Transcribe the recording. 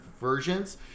versions